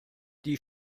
die